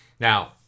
Now